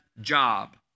job